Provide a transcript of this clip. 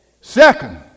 Second